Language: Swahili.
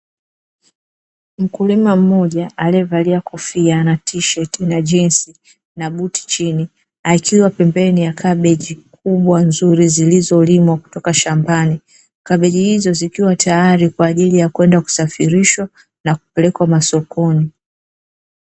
Mkulima mmoja alievalia kofia na tisheti, jinzi na buti chini akiwa pembeni ya kabichi kubwa nzuri zilizolimwa kutoka shambani kabichi hizo zikiwa tayari kwa ajili ya kwenda kusafirishwa na kupelekwa masokoni.